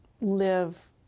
live